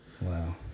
wow